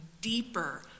deeper